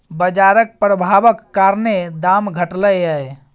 बजारक प्रभाबक कारणेँ दाम घटलै यै